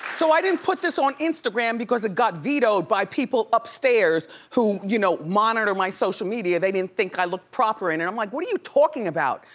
so i didn't put this on instagram because it got vetoed by people upstairs, who, you know, monitor my social media. they didn't think i looked proper in it. i'm like, what are you talking about?